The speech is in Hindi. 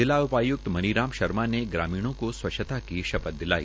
जिला उपाय्क्त मनी राम शर्मा ने ग्रामीणों का स्वच्छता की शपथ दिलाई